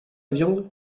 viande